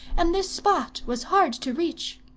and this spot was hard to reach.